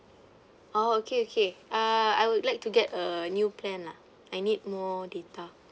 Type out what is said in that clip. orh okay okay uh I would like to get a new plan lah I need more data